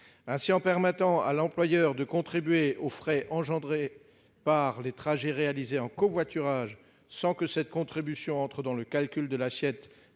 En permettant à l'employeur de contribuer aux frais engendrés par les trajets en covoiturage, sans que cette contribution entre dans le calcul de l'assiette